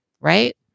right